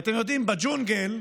ואתם יודעים, בג'ונגל,